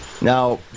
Now